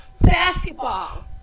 basketball